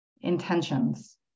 Intentions